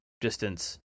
distance